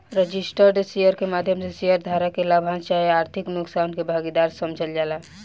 registered share के माध्यम से शेयर धारक के लाभांश चाहे आर्थिक नुकसान के भागीदार समझल जाला